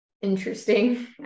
interesting